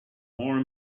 more